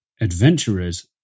adventurers